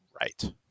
right